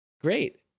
Great